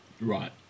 right